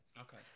Okay